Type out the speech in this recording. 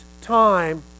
time